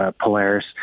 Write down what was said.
Polaris